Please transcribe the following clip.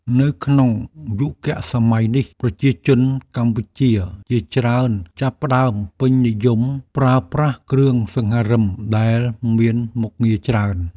នៅក្នុងយុគសម័យនេះប្រជាជនកម្ពុជាជាច្រើនចាប់ផ្តើមពេញនិយមប្រើប្រាស់គ្រឿងសង្ហារិមដែលមានមុខងារច្រើន។